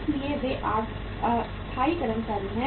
इसलिए वे स्थायी कर्मचारी हैं